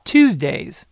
Tuesdays